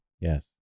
Yes